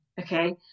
okay